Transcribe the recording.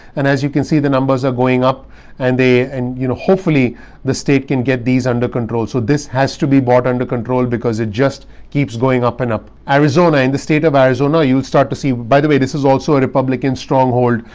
and as you can see, the numbers are going up and they and you know hopefully the state can get these under control. so this has to be brought under control because it just keeps going up and up. arizona, in the state of arizona, you would start to see, by the way, this is also a republican stronghold.